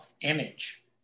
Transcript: image